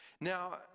now